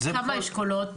כמה אשכולות?